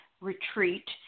retreat